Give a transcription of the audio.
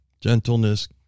gentleness